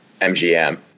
MGM